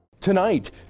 Tonight